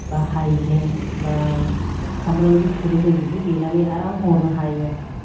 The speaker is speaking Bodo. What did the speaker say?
बा हायजें बा सामब्राम गुफुर जों बेखौ देनानै आराम हरनो हायो आरोखि